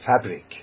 fabric